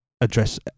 address